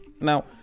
Now